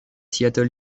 seattle